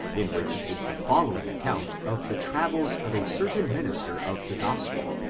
in which is the following account of the travels of a certain minister of the gospel,